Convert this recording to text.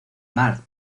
mar